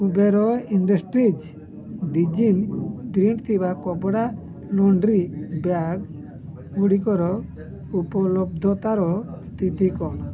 Kuber industries Disney ପ୍ରିଣ୍ଟଥିବା କପଡ଼ା laundry ବ୍ୟାଗ୍ଗୁଡ଼ିକର ଉପଲବ୍ଧତାର ସ୍ଥିତି କ'ଣ